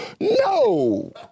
No